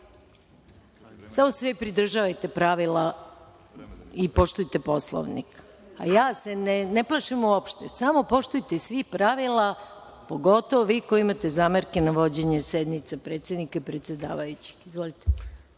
Samo se vi pridržavajte pravila i poštujte Poslovnik. Ja se ne plašim uopšte. Samo poštujte svi pravila, pogotovo vi koji imate zamerke na vođenje sednice predsednika i predsedavajućih. Izvolite.